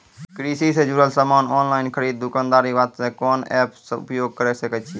कृषि से जुड़ल समान ऑनलाइन खरीद दुकानदारी वास्ते कोंन सब एप्प उपयोग करें सकय छियै?